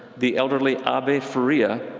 the elderly abbe faria,